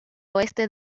oeste